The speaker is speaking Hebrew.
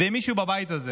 ואם יש מישהו בבית הזה